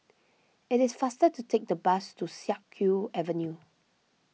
it is faster to take the bus to Siak Kew Avenue